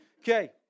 Okay